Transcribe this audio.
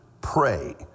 pray